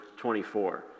24